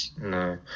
no